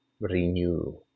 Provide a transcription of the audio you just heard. renew